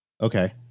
okay